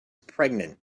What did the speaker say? pregnant